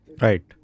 Right